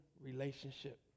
relationship